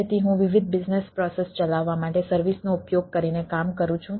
તેથી હું વિવિધ બિઝનેસ પ્રોસેસ ચલાવવા માટે સર્વિસનો ઉપયોગ કરીને કામ કરું છું